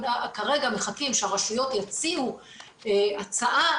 כרגע מחכים שהרשויות יציעו הצעה.